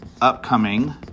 upcoming